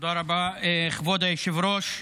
תודה רבה, כבוד היושב-ראש.